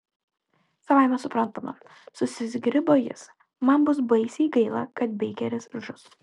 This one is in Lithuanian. savaime suprantama susizgribo jis man bus baisiai gaila kad beikeris žus